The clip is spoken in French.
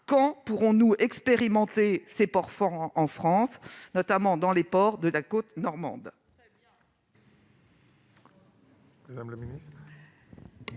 quand pourrons-nous expérimenter les ports francs en France, notamment sur la côte normande ?